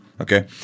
Okay